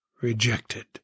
rejected